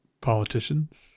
politicians